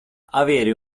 avere